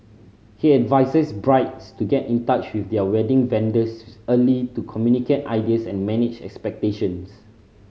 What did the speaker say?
he advises brides to get in touch with their wedding vendors early to communicate ideas and manage expectations